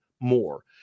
more